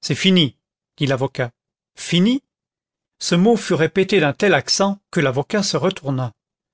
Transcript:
c'est fini dit l'avocat fini ce mot fut répété d'un tel accent que l'avocat se retourna